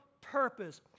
purpose